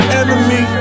enemy